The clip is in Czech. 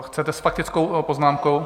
Chcete s faktickou poznámkou?